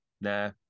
Nah